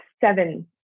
seven